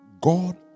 God